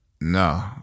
no